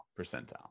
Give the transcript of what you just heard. Percentile